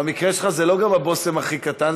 במקרה שלך זה לא גם הבושם הכי קטן,